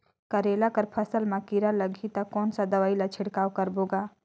करेला कर फसल मा कीरा लगही ता कौन सा दवाई ला छिड़काव करबो गा?